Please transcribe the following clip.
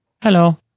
Hello